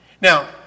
Now